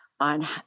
on